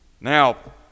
now